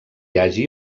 hagi